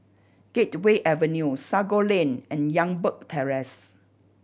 Gateway Avenue Sago Lane and Youngberg Terrace